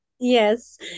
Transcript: Yes